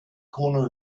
corner